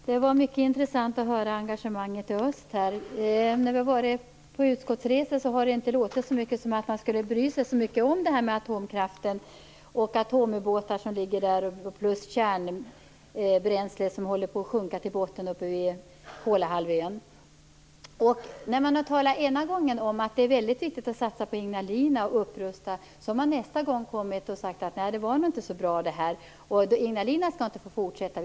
Herr talman! Det var mycket intressant att höra om engagemanget i öst. När vi varit ute på utskottsresa har det däremot inte verkat som att man skulle bry sig särskilt mycket om detta med atomkraften eller om atomubåtar och kärnbränsle som håller på att sjunka till botten uppe på Kolahalvön. Ena gången har man talat om att det är väldigt viktigt att satsa på Ignalina och på en upprustning. Nästa gång har man sagt: Nej, det här var nog inte så bra. Ignalina skall inte få fortsätta med sin verksamhet.